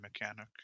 mechanic